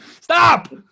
stop